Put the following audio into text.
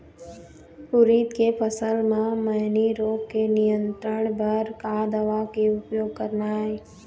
उरीद के फसल म मैनी रोग के नियंत्रण बर का दवा के उपयोग करना ये?